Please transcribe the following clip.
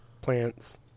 Plants